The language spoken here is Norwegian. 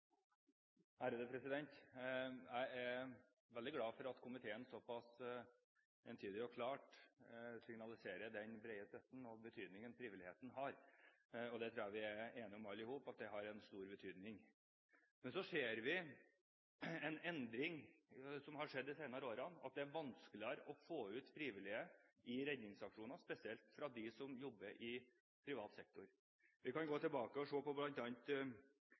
veldig glad for at komiteen såpass entydig og klart signaliserer den brede støtten til frivilligheten og den betydningen den har. Jeg tror vi alle i hop er enige om at den har stor betydning. Men så ser vi en endring som har skjedd de senere årene: Det er vanskeligere å få frivillige ut i redningsaksjoner, spesielt de som jobber i privat sektor. Vi kan gå tilbake og se på